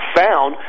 found